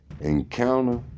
encounter